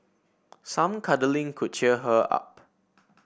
some cuddling could cheer her up